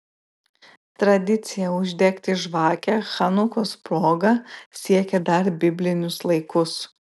tradicija uždegti žvakę chanukos proga siekia dar biblinius laikus